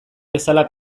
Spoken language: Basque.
bezala